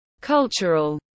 cultural